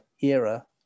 era